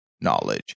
knowledge